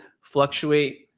fluctuate